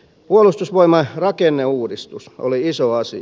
puolustusvoimain rakenneuudistus oli iso asia